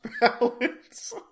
balance